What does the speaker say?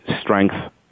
strength